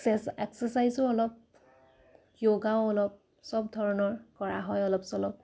এক্সাৰছ এক্সাৰচাইজো অলপ য়োগাও অলপ চব ধৰণৰ কৰা হয় অলপ চলপ